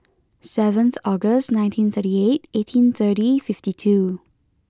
seven August nineteen thirty eight eighteen thirty fifty two